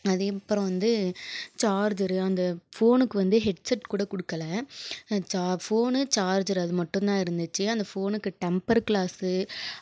அதுக்கு அப்பறம் வந்து சார்ஜரு அந்த ஃபோனுக்கு வந்து ஹெட்செட் கூட கொடுக்கல சா ஃபோனு சார்ஜரு அது மட்டும் தான் இருந்துச்சு அந்த ஃபோனுக்கு டெம்பர் கிளாசு